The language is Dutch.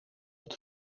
het